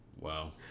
Wow